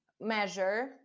measure